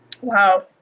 Wow